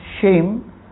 shame